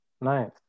nice